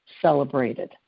celebrated